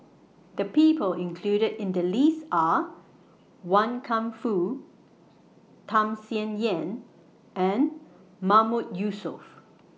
The People included in The list Are Wan Kam Fook Tham Sien Yen and Mahmood Yusof